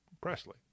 Presley